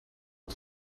het